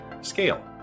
scale